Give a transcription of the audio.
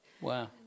Wow